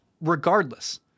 regardless